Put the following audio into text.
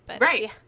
Right